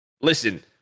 Listen